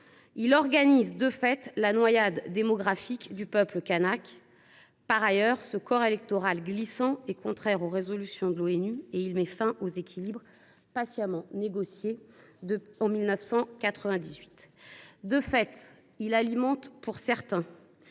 organise de fait la noyade démographique du peuple kanak. C’est le grand remplacement… Par ailleurs, ce corps électoral glissant est contraire aux résolutions de l’ONU et met fin aux équilibres patiemment négociés en 1998. De fait, il alimente pour certains